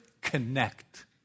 connect